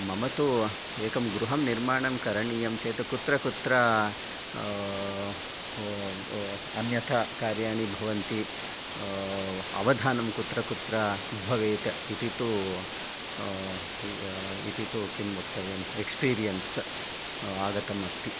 मम तु एकं गृहं निर्माणं करणीयं चेत् कुत्र कुत्र अन्यथा कार्याणि भवन्ति अवधानं कुत्र कुत्र भवेत् इति तु इति तु किं वक्तव्यम् एक्स्पीरियेन्स् आगतमस्ति